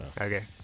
Okay